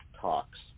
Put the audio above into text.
talks